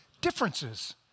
differences